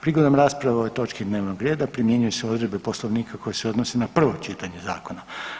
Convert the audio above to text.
Prigodom rasprave o ovoj točki dnevnog reda primjenjuju se odredbe Poslovnika koje se odnose na prvo čitanje zakona.